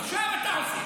עכשיו אתה עושה.